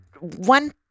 one